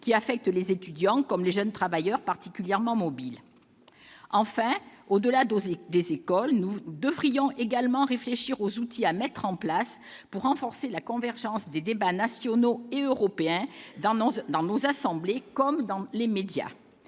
qui affectent les étudiants comme les jeunes travailleurs particulièrement mobiles. Enfin, au-delà des écoles, nous devrions aussi réfléchir aux outils à mettre en place pour renforcer la convergence des débats nationaux et européens dans nos assemblées comme dans les médias.